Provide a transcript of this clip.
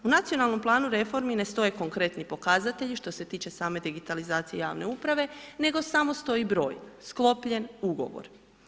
U nacionalnom planu reformi ne stoje konkretni pokazatelji što se tiče same digitalizacije javne uprave nego samo stoji broj, sklopljen ugovor.